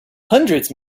hundreds